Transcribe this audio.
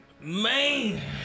Man